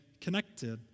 connected